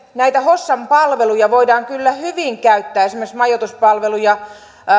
näitä hossan palveluja voidaan kyllä hyvin käyttää esimerkiksi majoituspalveluja